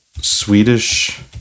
Swedish